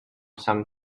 some